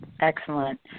Excellent